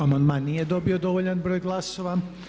Amandman nije dobio dovoljan broj glasova.